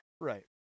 Right